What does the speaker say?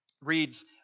reads